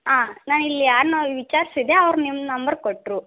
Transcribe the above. ಹಾಂ ನಾ ಇಲ್ಲಿ ಯಾರನ್ನೋ ವಿಚಾರಿಸಿದೆ ಅವ್ರು ನಿಮ್ಮ ನಂಬರ್ ಕೊಟ್ಟರು